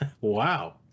Wow